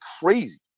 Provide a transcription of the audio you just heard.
crazy